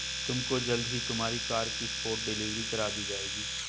तुमको जल्द ही तुम्हारी कार की स्पॉट डिलीवरी करवा दी जाएगी